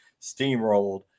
steamrolled